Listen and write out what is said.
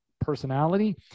personality